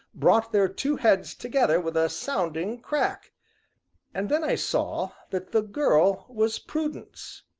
brought their two heads together with a sounding crack and then i saw that the girl was prudence.